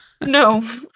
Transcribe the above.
No